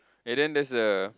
okay then that's the